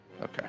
Okay